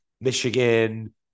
Michigan